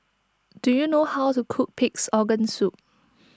do you know how to cook Pig's Organ Soup